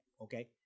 okay